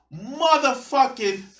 motherfucking